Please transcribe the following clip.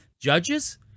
judges